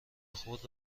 خود